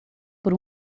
por